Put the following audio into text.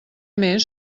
més